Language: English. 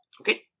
Okay